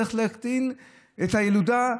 צריך להקטין את הילודה.